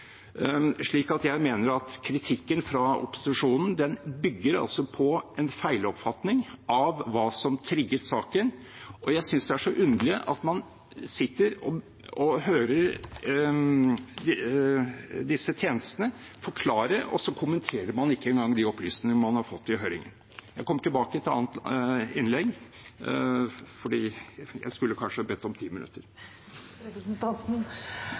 feiloppfatning av hva som trigget saken, og jeg synes det er underlig at man sitter og hører disse tjenestene forklare, og så kommenterer man ikke engang de opplysningene man har fått i høring. Jeg kommer tilbake til det i et annet innlegg, for jeg skulle kanskje ha bedt om 10 minutter. Representanten